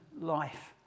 life